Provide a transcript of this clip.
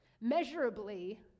measurably